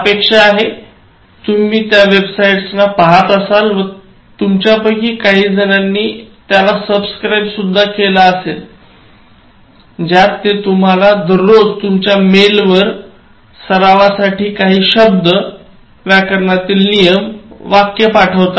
अशा आहे तुम्ही त्या वेबसाईट्सना पाहत असाल व तुमच्यापैकी काहीजणांनी त्याला सब्स्क्रिब सुद्धा केले असलं ज्यात ते तुम्हाला दररोज तुमच्या मेलवर सरावासाठी काही शब्द व्यकरणातील नियम वाक्य पाठवतात